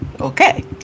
Okay